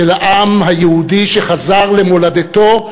של העם היהודי שחזר למולדתו,